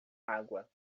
água